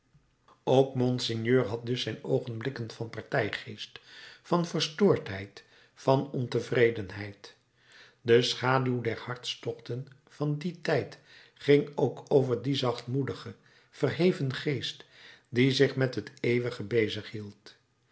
ook monseigneur had dus zijn oogenblikken van partijgeest van verstoordheid van ontevredenheid de schaduw der hartstochten van dien tijd ging ook over dien zachtmoedigen verheven geest die zich met het eeuwige bezighield